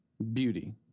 Beauty